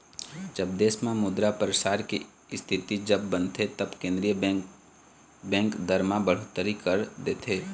जब देश म मुद्रा परसार के इस्थिति जब बनथे तब केंद्रीय बेंक, बेंक दर म बड़होत्तरी कर देथे